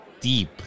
Deep